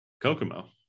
Kokomo